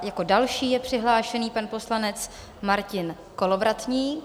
Jako další je přihlášen pan poslanec Martin Kolovratník.